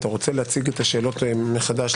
אתה רוצה להציג את השאלות מחדש,